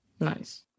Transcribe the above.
Nice